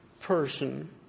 person